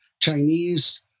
Chinese